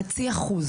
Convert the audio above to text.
0.5%